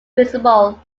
visible